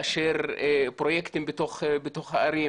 לאשר פרויקטים בתוך הערים,